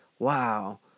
Wow